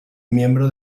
miembro